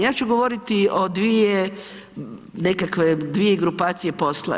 Ja ću govoriti o dvije nekakve, dvije grupacije posla.